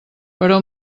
però